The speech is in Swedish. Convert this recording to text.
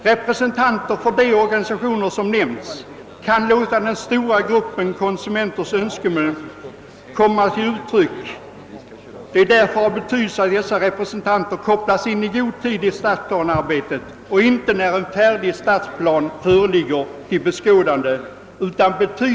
Representanter för de organisationer som nämnts kan låta de önskemål som den stora gruppen av konsumenter har komma till uttryck genom sina erfa renheter. Det är därför av betydelse att dessa representanter kopplas in i god tid i stadsplanearbetet och inte först när en färdig stadsplan föreligger till beskådande.